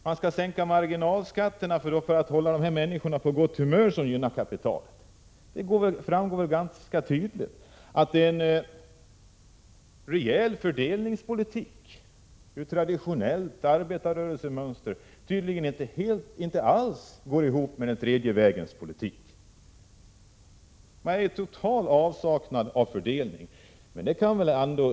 Man skall sänka marginalskatterna för att hålla dessa människor på gott humör och gynna kapitalet. Det framgår ganska tydligt att en rejäl fördelningspolitik efter traditionellt arbetarrörelsemönster inte alls går ihop med den tredje vägens politik. Där råder en total avsaknad av fördelning.